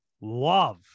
love